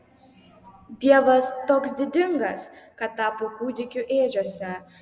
dievas toks didingas kad tapo kūdikiu ėdžiose